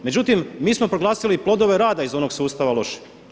Međutim, mi smo proglasili i plodove rad onog sustava lošim.